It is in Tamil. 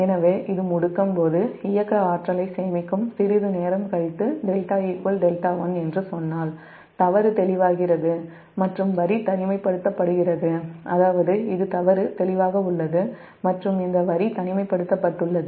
எனவே இது முடுக்கம் போது இயக்க ஆற்றலை சேமிக்கும் சிறிது நேரம் கழித்து δ δ1 என்று சொன்னால் தவறு தெளிவாகிறது மற்றும் வரி தனிமைப்படுத்தப்படுகிறது அதாவது இது தவறு தெளிவாக உள்ளது மற்றும் இந்த வரி தனிமைப்படுத்தப்பட்டுள்ளது